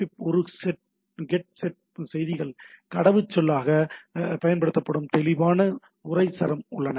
B 1 கெட் செட் செய்திகள் கடவுச்சொல்லாக பயன்படுத்தப்படும் தெளிவான உரை சரம் உள்ளன